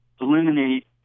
eliminate